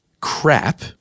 crap